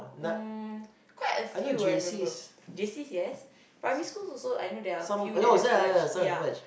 um quite a few I remember J_Cs yes primary schools I also know there are a few that have merged ya